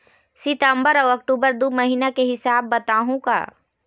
सितंबर अऊ अक्टूबर दू महीना के हिसाब बताहुं का?